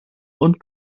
und